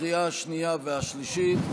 לקריאה השנייה והשלישית.